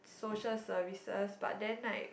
social services but then right